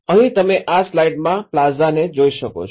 અહીં તમે આ સ્લાઇડમાં પ્લાઝાને જોઈ શકો છે